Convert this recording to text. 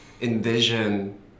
envision